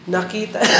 Nakita